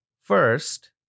First